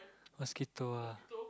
mosquito ah